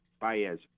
Baez